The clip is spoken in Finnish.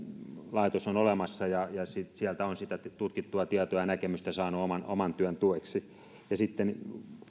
laitos on olemassa sieltä on tutkittua tietoa ja näkemystä saanut oman oman työn tueksi